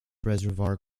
reservoir